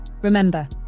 Remember